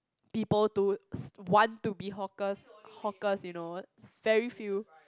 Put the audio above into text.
people to want to be hawkers hawkers you know very few